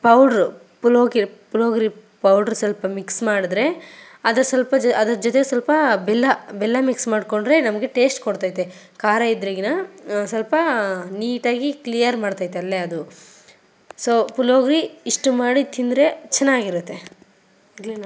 powder ಪುಲ್ಲೊಗಿರ್ ಪುಳ್ಯೋಗ್ರೆ powder ಸ್ವಲ್ಪ ಮಿಕ್ಸ್ ಮಾಡಿದ್ರೆ ಅದು ಸ್ವಲ್ಪ ಜೊ ಅದ್ರ ಜೊತೆ ಸ್ವಲ್ಪ ಬೆಲ್ಲ ಬೆಲ್ಲ ಮಿಕ್ಸ್ ಮಾಡಿಕೊಂಡ್ರೆ ನಮಗೆ ಟೇಶ್ಟ್ ಕೊಡ್ತೈತೆ ಖಾರ ಇದ್ರಗಿನ ಸ್ವಲ್ಪ ನೀಟಾಗಿ ಕ್ಲಿಯರ್ ಮಾಡ್ತೈತಲ್ಲೇ ಅದು ಸೊ ಪುಲ್ಲೋಗ್ರಿ ಇಷ್ಟು ಮಾಡಿ ತಿಂದರೆ ಚೆನ್ನಾಗಿರುತ್ತೆ ಆಗಲಿನ